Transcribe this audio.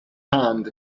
hand